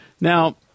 Now